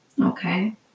Okay